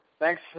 Thanks